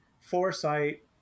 foresight